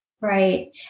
Right